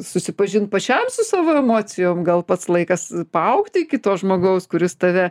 susipažint pačiam su savo emocijom gal pats laikas paaugti iki to žmogaus kuris tave